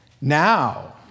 now